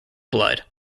blood